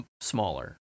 smaller